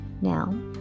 now